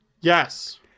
Yes